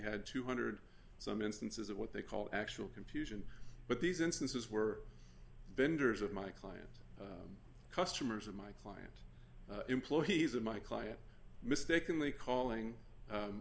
had two hundred some instances of what they call actual confusion but these instances were vendors of my client customers of my client employees of my client mistakenly calling